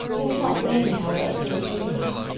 you do not blame me, however, for refusing him?